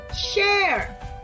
share